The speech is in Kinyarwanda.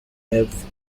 y’epfo